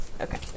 Okay